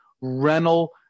rental